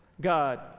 God